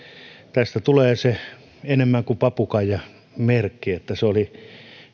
tästä tulee enemmän kuin papukaijamerkki se oli